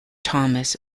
thomas